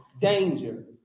danger